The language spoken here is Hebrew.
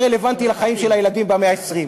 רלוונטי לחיים של הילדים במאה ה-20.